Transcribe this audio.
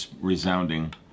resounding